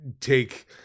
take